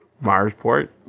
Marsport